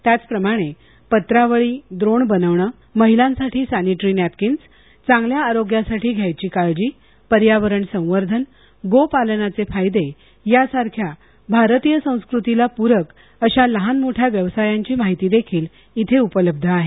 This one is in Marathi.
त्याचप्रमाणे पत्रावळी द्रोण बनविणे महिलांसाठी सॅनिटरी नॅपकीन चांगल्या आरोग्यासाठी घ्यावयाची काळजी पर्यावरण संवर्धन गोपालनाचे फायदे यासारख्या भारतीय संस्कृतीला पुरक अशा लहान मोठ्या व्यवसायांची माहिती देखील क्षे उपलब्ध आहे